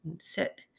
set